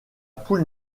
poule